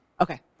Okay